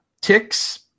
ticks